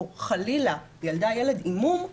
או חלילה ילדה ילד עם מום,